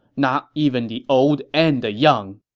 not even the old and the young!